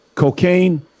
Cocaine